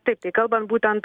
taip tai kalbant būtent